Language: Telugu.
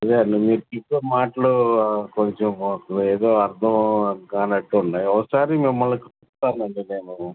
అదే అండి మీరు చెప్పే మాటలు కొంచెం ఏదో అర్థం కానట్లు ఉన్నాయి ఒకసారి మిమ్మల్ని కలుస్తానండి నేను